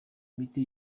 miti